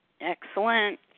Excellent